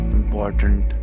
important